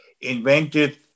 invented